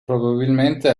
probabilmente